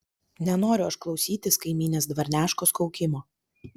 nenoriu aš klausytis kaimynės dvarneškos kaukimo